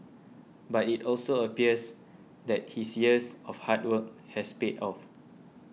but it also appears that his years of hard work has paid off